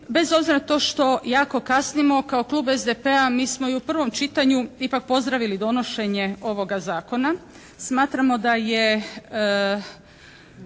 bez obzira na to što jako kasnimo, kao klub SDP-a mi smo i u prvom čitanju ipak pozdravili donošenje ovoga zakona. Smatramo da je